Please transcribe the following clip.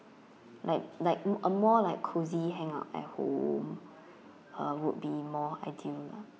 like like mo~ a more like cosy hangout at home uh would be more ideal lah